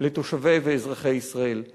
לתושבי ואזרחי ישראל.